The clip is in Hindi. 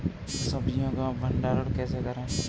सब्जियों का भंडारण कैसे करें?